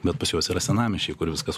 bet pas juos yra senamiesčiai kur viskas